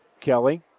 kelly